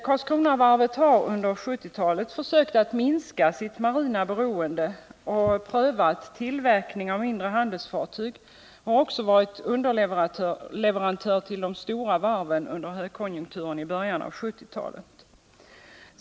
Karlskronavarvet har under 1970-talet försökt att minska sitt marina beroende och prövat tillverkning av mindre handelsfartyg. Varvet har också varit underleverantör till de stora varven under högkonjunkturen i början av 1970-talet.